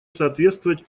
соответствовать